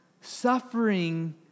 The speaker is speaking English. Suffering